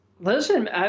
Listen